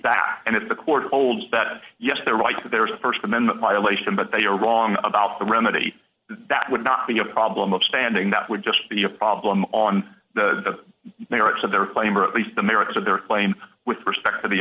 that and if the court holds that yes they're right but there is a st amendment violation but they are wrong about the remedy that would not be a problem of standing that would just be a problem on the merits of their claim or at least the merits of their claim with respect to the